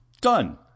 Done